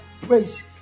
praise